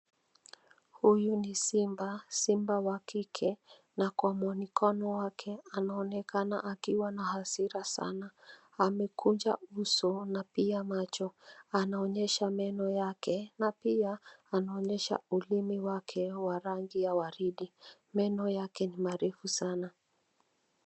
Huyu ni simba, simba wa kike na kwa muonekano wake anaonekana akiwa na hasira sana. Amekunja uso na pia macho. Anaonyesha meno yake na pia anaonyesha ulimi wake. Meno yake ni marefu sana.